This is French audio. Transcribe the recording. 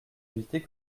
éviter